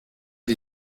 die